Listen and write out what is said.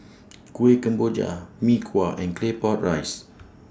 Kueh Kemboja Mee Kuah and Claypot Rice